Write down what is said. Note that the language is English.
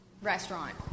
Restaurant